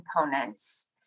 components